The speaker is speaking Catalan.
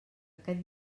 aquest